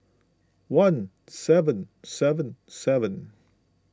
one seven seven seven